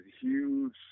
huge